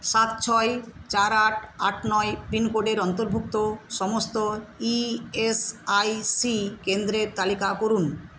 সাত ছয় চার আট আট নয় পিনকোডের অন্তর্ভুক্ত সমস্ত ই এস আই সি কেন্দ্রের তালিকা করুন